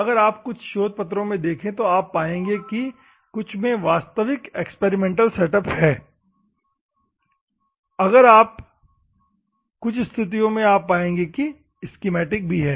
अगर आप कुछ शोध पत्रों में देखें तो आप पाएंगे कि कुछ में वास्तविक एक्सपेरिमेंटल सेटअप है और कुछ स्थितियों में आप पाएंगे कि स्कीमैटिक भी हैं